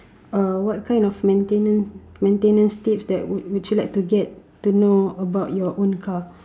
uh what kind of maintenance maintenance tips that would would you like to get to know about your own car